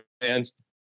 fans